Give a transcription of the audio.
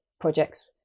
projects